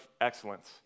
excellence